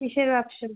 কীসের ব্যবসা